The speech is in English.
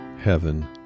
heaven